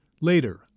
later